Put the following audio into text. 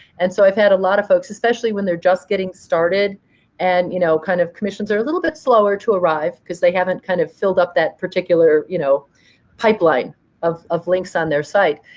and so i've had a lot of folks, especially when they're just getting started and you know kind of commissions are a little bit slower to arrive, because they haven't kind of filled up that particular you know pipeline of of links on their site,